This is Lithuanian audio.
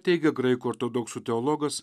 teigia graikų ortodoksų teologas